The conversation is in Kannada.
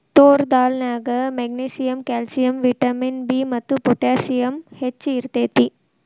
ತೋರ್ ದಾಲ್ ನ್ಯಾಗ ಮೆಗ್ನೇಸಿಯಮ್, ಕ್ಯಾಲ್ಸಿಯಂ, ವಿಟಮಿನ್ ಬಿ ಮತ್ತು ಪೊಟ್ಯಾಸಿಯಮ್ ಹೆಚ್ಚ್ ಇರ್ತೇತಿ